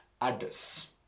others